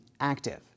active